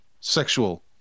sexual